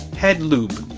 head lube